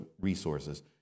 resources